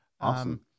Awesome